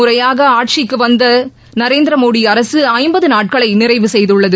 முறையாக ஆட்சிக்கு வந்து நரேந்திர மோடி அரசு ஐம்பது நாட்களை நிறைவு இரண்டாவது செய்துள்ளது